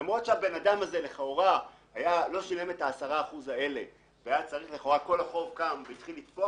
למרות שהאדם לא שילם 10% ארנונה וכל החוב התחיל לתפוח,